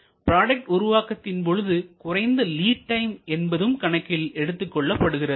product உருவாக்கத்தின் பொழுது குறைந்த லிட் டைம் என்பதும் கணக்கில் எடுத்துக் கொள்ளப்படுகிறது